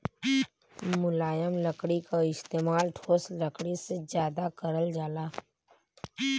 मुलायम लकड़ी क इस्तेमाल ठोस लकड़ी से जादा करल जाला